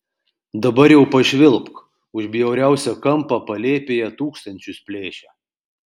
dabar jau pašvilpk už bjauriausią kampą palėpėje tūkstančius plėšia